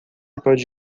pode